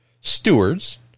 stewards